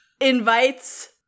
invites